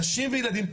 נשים וילדים,